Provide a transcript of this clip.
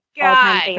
God